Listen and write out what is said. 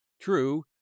true